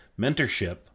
mentorship